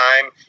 time